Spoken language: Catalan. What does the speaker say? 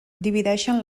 divideixen